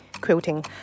Quilting